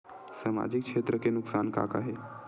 सामाजिक क्षेत्र के नुकसान का का हे?